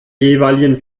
jeweiligen